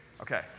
Okay